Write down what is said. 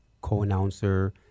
co-announcer